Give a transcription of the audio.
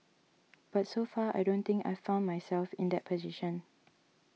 but so far I don't think I've found myself in that position